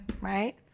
right